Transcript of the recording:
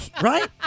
right